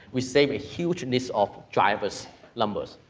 we save a huge list of drivers' numbers.